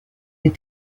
est